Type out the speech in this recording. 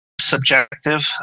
subjective